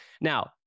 Now